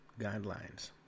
guidelines